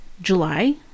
July